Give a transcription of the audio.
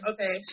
Okay